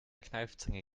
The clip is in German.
kneifzange